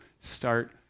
Start